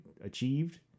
achieved